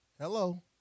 Hello